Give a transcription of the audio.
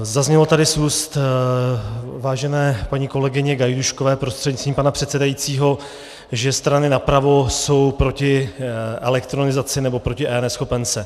Zaznělo tady z úst vážené paní kolegyně Gajdůškové prostřednictvím pana předsedajícího, že strany napravo jsou proti elektronizaci nebo proti eNeschopence.